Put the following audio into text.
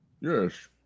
Yes